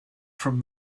from